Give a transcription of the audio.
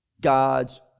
God's